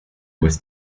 was